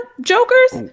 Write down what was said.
jokers